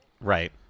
Right